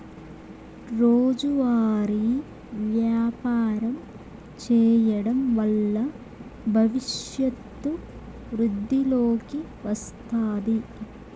రోజువారీ వ్యాపారం చేయడం వల్ల భవిష్యత్తు వృద్ధిలోకి వస్తాది